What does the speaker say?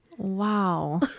Wow